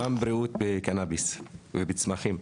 וגם בריאות בקנביס ובצמחים.